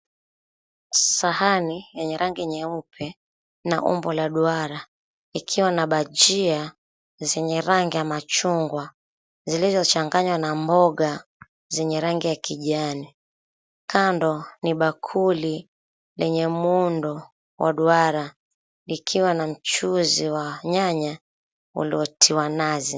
Sahani yenye rangi nyeupe na umbo la duara ikiwa na bajia zenye rangi ya machungwa zilizochanganywa na mboga zenye rangi ya kijani. Kando ni bakuli lenye muundo wa duara likiwa na mchuzi wa nyanya uliotiwa nazi.